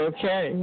Okay